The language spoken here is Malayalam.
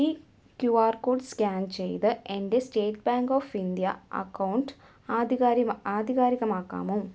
ഈ ക്യൂ ആർ കോഡ് സ്കാൻ ചെയ്ത് എൻ്റെ State Bank of India account ആധികാരി ആധികാരികമാക്കാമോ